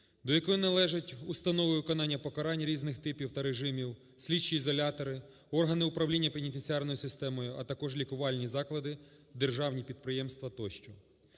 до якої належить установа виконання покарань різних типів та режимів, слідчі ізолятори, органи управління пенітенціарною системою, а також лікувальні заклади, державні підприємства тощо.